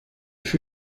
fut